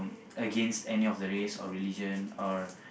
against any of the race or religion or